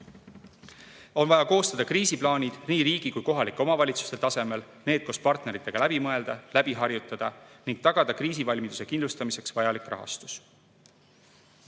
On vaja koostada kriisiplaanid nii riigi kui ka kohalike omavalitsuste tasemel, need koos partneritega läbi mõelda, läbi harjutada ning tagada kriisivalmiduse kindlustamiseks vajalik rahastus.